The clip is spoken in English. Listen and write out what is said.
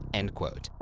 end quote.